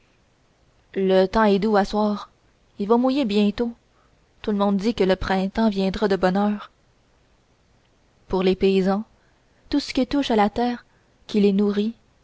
le temps est doux à soir il va mouiller bientôt tout le monde dit que le printemps viendra de bonne heure pour les paysans tout ce qui touche à la terre qui les nourrit